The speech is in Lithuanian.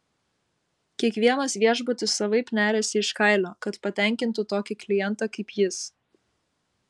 kiekvienas viešbutis savaip neriasi iš kailio kad patenkintų tokį klientą kaip jis